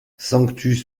sanctus